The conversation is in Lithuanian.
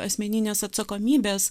asmeninės atsakomybės